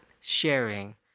sharing